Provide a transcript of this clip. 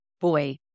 Boy